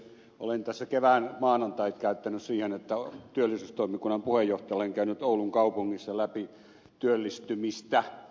olen tässä kevään maanantait käyttänyt siihen että työllisyystoimikunnan puheenjohtajana olen käynyt oulun kaupungissa läpi työllistymistä